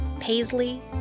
Paisley